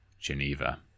Geneva